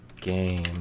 Game